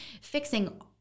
fixing